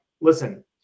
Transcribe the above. listen